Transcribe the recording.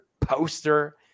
poster